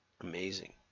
Amazing